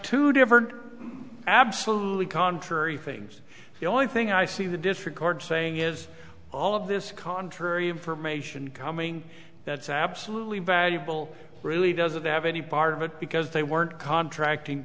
different absolutely contrary things the only thing i see the disregard saying is all of this contrary information coming that's absolutely valuable really doesn't have any part of it because they weren't contracting